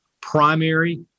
primary